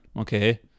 okay